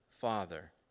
Father